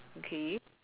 okay